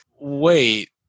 wait